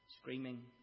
screaming